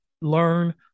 learn